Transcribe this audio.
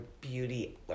beauty